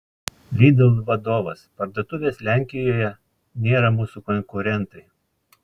lidl vadovas parduotuvės lenkijoje nėra mūsų konkurentai